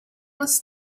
was